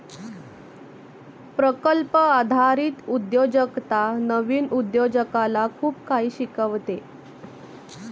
प्रकल्प आधारित उद्योजकता नवीन उद्योजकाला खूप काही शिकवते